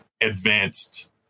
advanced